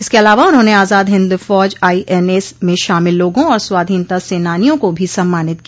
इसके अलावा उन्होंने आजाद हिन्द फौज आईएनए में शामिल लोगों और स्वाधीनता सेनानियों को भी सम्मानित किया